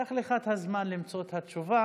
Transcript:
קח לך את הזמן למצוא את התשובה.